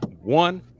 one